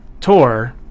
tour